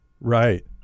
right